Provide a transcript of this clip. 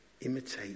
Imitate